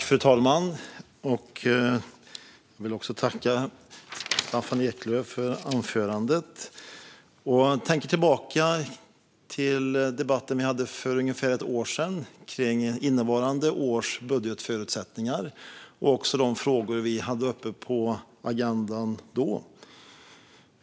Fru talman! Jag vill tacka Staffan Eklöf för anförandet. Jag tänker tillbaka på den debatt som vi hade för ungefär ett år sedan om innevarande års budgetförutsättningar och de frågor som vi hade uppe på agendan då.